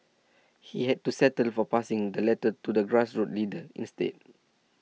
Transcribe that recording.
he had to settle for passing the letter to a grassroots leader instead